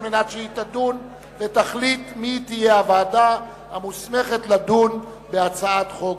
על מנת שהיא תדון ותחליט מהי הוועדה המוסמכת לדון בהצעה זו.